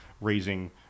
raising